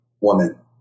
woman